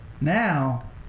now